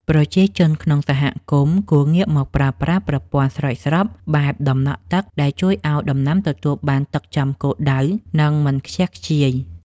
ប្រជាជនក្នុងសហគមន៍គួរងាកមកប្រើប្រាស់ប្រព័ន្ធស្រោចស្រពបែបដំណក់ទឹកដែលជួយឱ្យដំណាំទទួលបានទឹកចំគោលដៅ និងមិនខ្ជះខ្ជាយ។